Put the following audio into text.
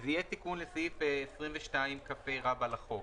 זה יהיה תיקון לסעיף 22כה לחוק.